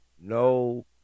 No